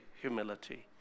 humility